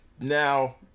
now